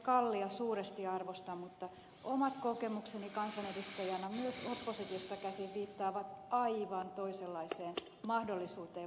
kallista suuresti arvostan mutta omat kokemukseni kansanedustajana myös oppositiosta käsin viittaavat aivan toisenlaiseen mahdollisuuteen vaikuttaa asioihin